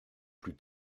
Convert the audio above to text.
plus